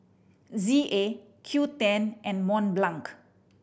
Z A Qoo ten and Mont Blanc